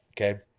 okay